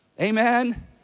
Amen